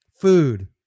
food